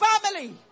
family